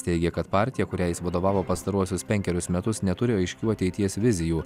teigia kad partija kuriai jis vadovavo pastaruosius penkerius metus neturi aiškių ateities vizijų